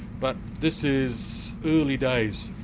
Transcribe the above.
but this is early days.